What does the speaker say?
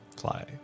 fly